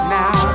now